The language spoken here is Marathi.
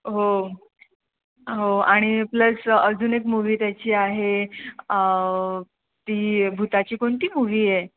हो हो आणि प्लस अजून एक मूव्ही त्याची आहे ती भूताची कोणती मूव्ही आहे